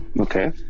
Okay